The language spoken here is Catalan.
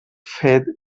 fer